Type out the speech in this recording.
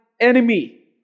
enemy